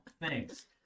thanks